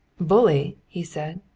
bully! he said.